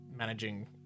managing